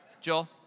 joel